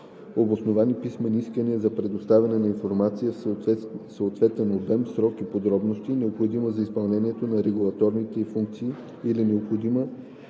обосновани писмени искания за предоставяне на информация в съответен обем, срок и подробности, необходима за изпълнението на регулаторните ѝ функции или необходима